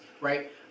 right